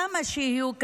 כמה שיהיו קשים.